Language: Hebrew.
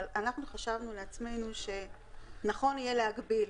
אבל אנחנו חשבנו לעצמנו שנכון יהיה להגביל,